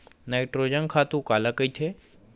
Nitrogen खातु काला कहिथे?